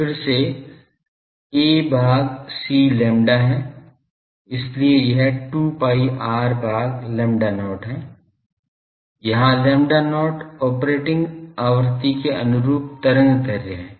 फिर से a भाग c lambda है इसलिए यह 2 pi r भाग lambda not है जहां lambda not ऑपरेटिंग आवृत्ति के अनुरूप तरंग दैर्ध्य है